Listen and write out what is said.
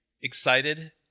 excited